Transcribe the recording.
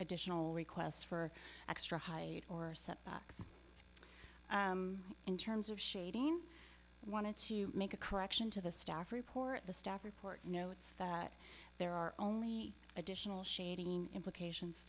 additional requests for extra height or setbacks in terms of shading wanted to make a correction to the staff report the staff report notes that there are only additional shading implications